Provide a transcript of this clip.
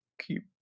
keep